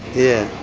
yeah.